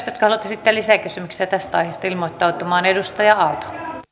jotka haluavat esittää lisäkysymyksiä tästä aiheesta ilmoittautumaan